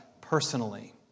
personally